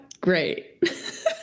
great